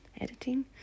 editing